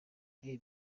ibi